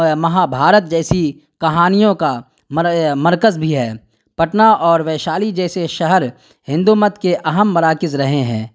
مہابھارت جیسی کہانیوں کا مرکز بھی ہے پٹنہ اور ویشالی جیسے شہر ہندو مت کے اہم مراکز رہے ہیں